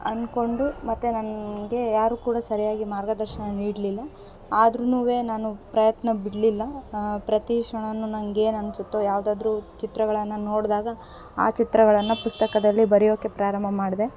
ಅನ್ಕೊಂಡು ಮತ್ತು ನನಗೆ ಯಾರು ಕೂಡ ಸರಿಯಾಗಿ ಮಾರ್ಗದರ್ಶನ ನೀಡಲಿಲ್ಲ ಆದ್ರೂ ನಾನು ಪ್ರಯತ್ನ ಬಿಡಲಿಲ್ಲ ಪ್ರತಿ ಕ್ಷಣವೂ ನಂಗೇನು ಅನ್ಸುತ್ತೋ ಯಾವ್ದಾದರು ಚಿತ್ರಗಳನ್ನು ನೋಡಿದಾಗ ಆ ಚಿತ್ರಗಳನ್ನು ಪುಸ್ತಕದಲ್ಲಿ ಬರಿಯೋಕೆ ಪ್ರಾರಂಭ ಮಾಡಿದೆ